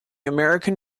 american